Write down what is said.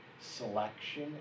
selection